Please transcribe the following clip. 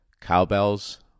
cowbells